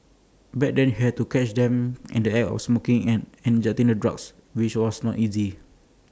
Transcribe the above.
back then you had to catch them in the act of smoking and injecting the drugs which was not easy